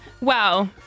Wow